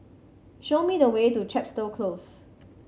show me the way to Chepstow Close